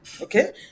Okay